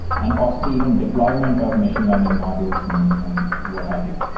and possibly even deployment of machine learning models and and what have you.